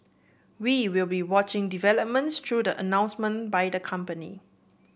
we will be watching developments through the announcement by the company